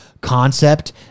concept